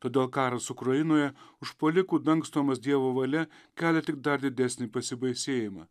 todėl karas ukrainoje užpuolikų dangstomas dievo valia kelia tik dar didesnį pasibaisėjimą